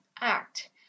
Act